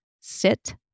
sit